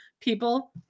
people